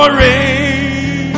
rain